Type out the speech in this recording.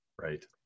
Right